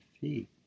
feet